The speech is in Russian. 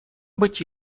быть